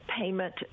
payment